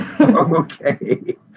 Okay